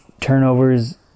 turnovers